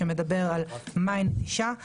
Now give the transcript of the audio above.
שמדבר על מהי נטישה.